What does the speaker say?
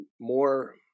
more